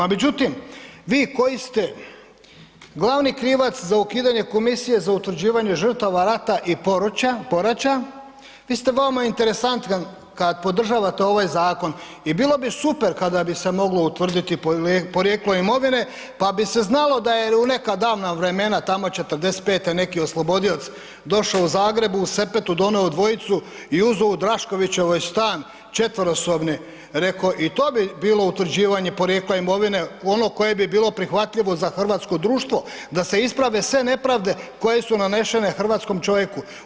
Međutim, vi koji ste glavni krivac za ukidanje Komisije za utvrđivanje žrtava rata i poraća, vi ste interesantan kada podržavate ovaj zakon i bilo bi super kada bi se moglo utvrditi porijeklo imovine pa bi se znalo da je u neka davna vremena, tamo '45. neki oslobodioc došao u Zagreb u sepetu donio dvojicu i uzeo u Draškovićevoj stan četverosobni reko i to bi bilo utvrđivanje porijekla imovine ono koje bi bilo prihvatljivo za hrvatsko društvo da se isprave sve nepravde koje su nanešene hrvatskom čovjeku.